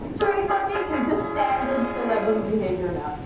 um trademarking is just standard celebrity behavior now,